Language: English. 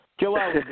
Joel